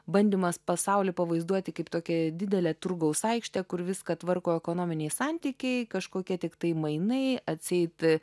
bandymas pasaulį pavaizduoti kaip tokią didelę turgaus aikštę kur viską tvarko ekonominiai santykiai kažkokie tiktai mainai atseit